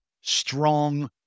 strong